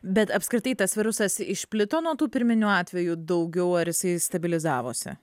bet apskritai tas virusas išplito nuo tų pirminių atvejų daugiau ar jisai stabilizavosi